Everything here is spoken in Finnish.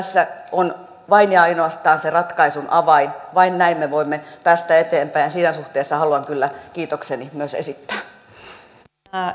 tässä on vain ja ainoastaan se ratkaisun avain vain näin me voimme päästä eteenpäin ja siinä suhteessa haluan kyllä kiitokseni myös esittää